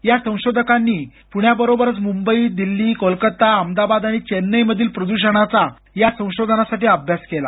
या संशोधकांनी प्ण्याबरोबरच म्रंबई दिल्ली कोलकत्ता अहमदाबाद आणि चेन्नईमधील प्रदृषणाचा या संशोधनासाठी अभ्यास केला